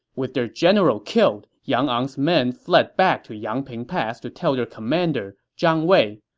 with their general killed, yang ang's men fled back to yangping pass to tell their commander, zhang wei.